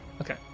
Okay